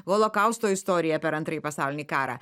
holokausto istorija per antrąjį pasaulinį karą